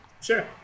Sure